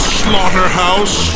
slaughterhouse